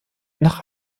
nach